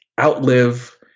outlive